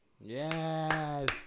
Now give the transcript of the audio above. Yes